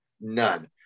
None